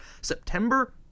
September